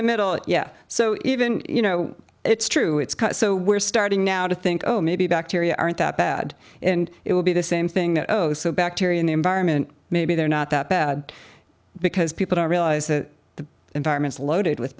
the middle it yeah so even you know it's true it's cut so we're starting now to think oh maybe bacteria aren't that bad and it will be the same thing that oh so bacteria in the environment maybe they're not that bad because people realize that the environment is loaded with